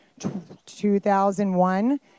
2001